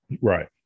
right